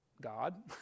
God